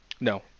No